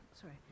sorry